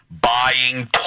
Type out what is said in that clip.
buying